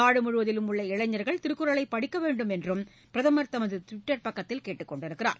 நாடுமுழுவதிலும் உள்ள இளைஞர்கள் திருக்குறளைபடிக்கவேண்டுமென்றபிரதமர் தமதுட்விட்டர் பதிவில் கேட்டுக்கொண்டுள்ளார்